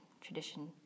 tradition